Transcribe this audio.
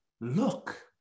look